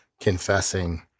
confessing